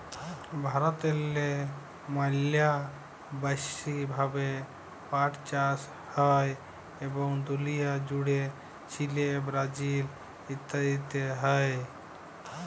ভারতেল্লে ম্যালা ব্যাশি ভাবে পাট চাষ হ্যয় এবং দুলিয়া জ্যুড়ে চিলে, ব্রাজিল ইত্যাদিতে হ্যয়